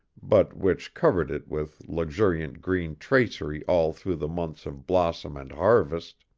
but which covered it with luxuriant green tracery all through the months of blossom and harvest.